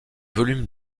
volumes